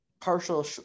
partial